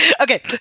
Okay